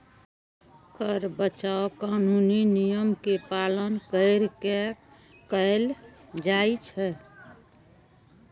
कर बचाव कानूनी नियम के पालन कैर के कैल जाइ छै